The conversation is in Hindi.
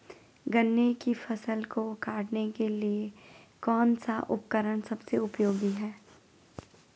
गन्ने की फसल को काटने के लिए कौन सा उपकरण सबसे उपयोगी है?